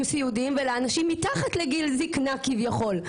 סיעודיים ולאנשים מתחת לגיל זקנה כביכול.